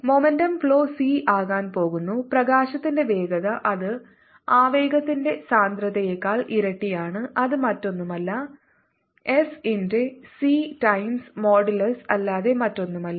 momentum flow C ആകാൻ പോകുന്നു പ്രകാശത്തിന്റെ വേഗത അത് ആവേഗത്തിന്റെ സാന്ദ്രതയേക്കാൾ ഇരട്ടിയാണ് അത് മറ്റൊന്നുമല്ല എസ് ന്റെ സി ടൈംസ് മോഡുലസ് അല്ലാതെ മറ്റൊന്നുമല്ല